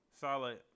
Solid